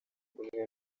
kumwe